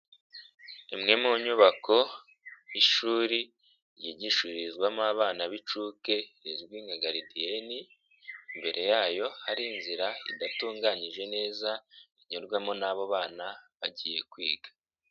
Imwe mu nyubako ishuri ryigishirizwamo abana b'inshuke izwi nka garidiyeni, imbere yayo hari inzira idatunganyije neza inyurwamo n'abo bana bagiye kwiga.